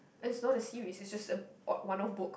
it's not as you it's just just a odd one off book